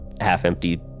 half-empty